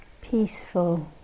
peaceful